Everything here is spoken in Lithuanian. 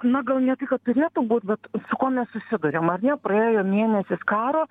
na gal ne tai kad turėtų būt bet su kuo mes susiduriam ar ne praėjo mėnesis karo